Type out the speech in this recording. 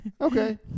Okay